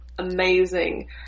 amazing